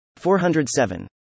407